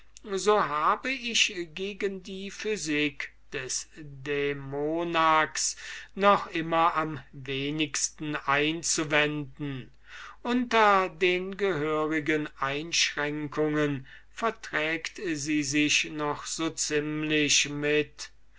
so habe ich gegen die physik des dämonax noch immer am wenigsten einzuwenden unter den gehörigen einschränkungen verträgt sie sich noch so ziemlich o